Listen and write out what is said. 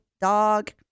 dog